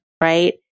right